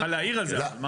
לתת לו עוד חודשיים.